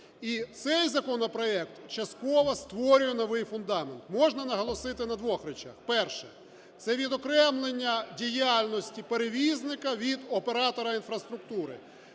І цей законопроект частково створює новий фундамент, можна наголосити на двох речах. Перше – це відокремлення діяльності перевізника від оператора інфраструктури,